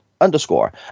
underscore